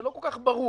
שלא כל כך ברור.